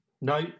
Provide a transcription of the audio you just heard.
no